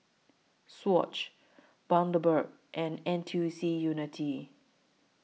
Swatch Bundaberg and N T U C Unity